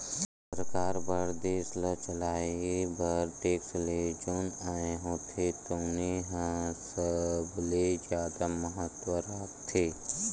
सरकार बर देस ल चलाए बर टेक्स ले जउन आय होथे तउने ह सबले जादा महत्ता राखथे